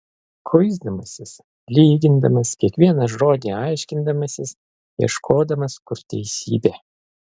kuisdamasis lygindamas kiekvieną žodį aiškindamasis ieškodamas kur teisybė